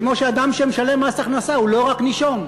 כמו שאדם שמשלם מס הכנסה הוא לא רק נישום,